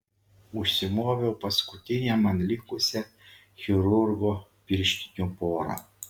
užsimoviau paskutinę man likusią chirurgo pirštinių porą